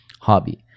hobby